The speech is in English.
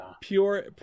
pure